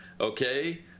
okay